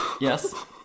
Yes